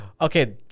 Okay